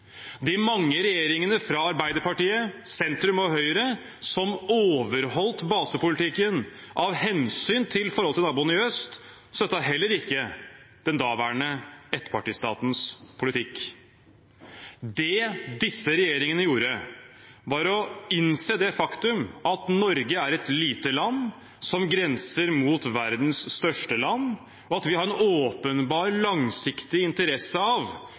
De mange regjeringene fra Arbeiderpartiet, sentrum og Høyre, som overholdt basepolitikken av hensyn til forholdet til naboen i øst, støttet heller ikke den daværende ettpartistatens politikk. Det disse regjeringene gjorde, var å innse det faktum at Norge er et lite land som grenser mot verdens største land, og at vi har en åpenbar langsiktig interesse av